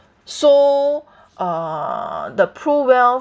so uh the PRUWealth